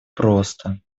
просто